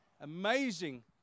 amazing